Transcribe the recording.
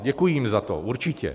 Děkuji jim za to, určitě.